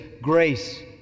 grace